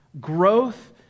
growth